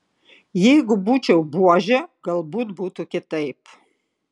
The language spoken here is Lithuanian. jeigu būčiau buožė galbūt būtų kitaip